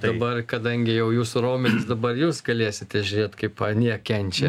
dabar kadangi jau jūsų raumenys dabar jūs galėsite žiūrėt kaip anie kenčia